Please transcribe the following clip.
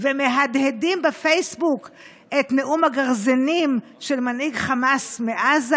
ומהדהדים בפייסבוק את נאום הגרזינים של מנהיג חמאס מעזה.